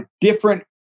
different